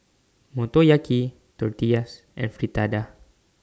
Motoyaki Tortillas and Fritada